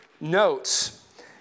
notes